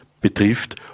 betrifft